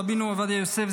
רבנו עובדיה יוסף,